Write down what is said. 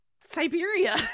siberia